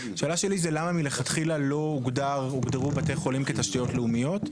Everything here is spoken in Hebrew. השאלה שלי היא למה מלכתחילה לא הוגדרו בתי חולים כתשתיות לאומיות,